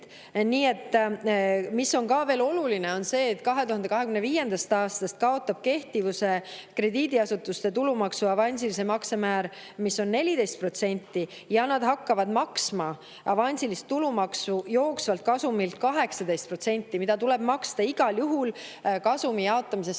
miljonit. Mis on ka oluline, on see, et 2025. aastast kaotab kehtivuse krediidiasutuste tulumaksu avansilise makse määr, mis on 14%, ja nad hakkavad maksma avansilist tulumaksu jooksvalt kasumilt 18%, mida tuleb maksta igal juhul, kasumi jaotamisest